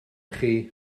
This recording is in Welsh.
chi